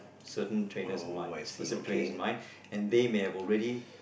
certain trainers in mind specific trainers in mind and they may have already